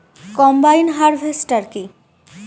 Combine harvester কি?